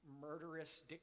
murderous